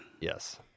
Yes